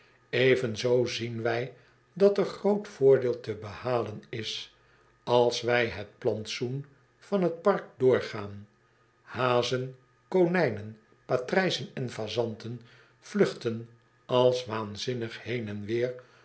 evenzoo zien wy dat er groot voordeel te behalen is als wy het plantsoen van t park doorgaan hazen konijnen patrijzen en fazanten vluchten als waanzinnig heen en weer